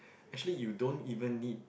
actually you don't even need